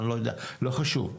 לא חשוב,